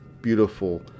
beautiful